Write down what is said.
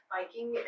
Biking